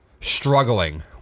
struggling